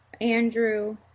Andrew